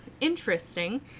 interesting